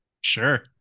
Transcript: sure